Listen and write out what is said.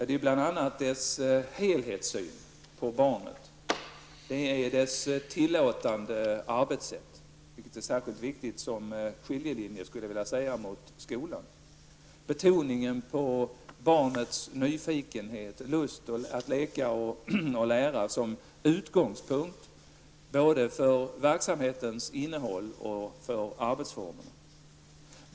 Det är bl.a. dess helhetssyn på barnet. Det är dess tillåtande arbetssätt, vilket är särskilt viktigt som skiljelinje mot skolan, skulle jag vilja säga. Det är betoningen på att ha barnets nyfikenhet, lust att leka och lära som utgångspunkt både för verksamhetens innehåll och för arbetsformerna.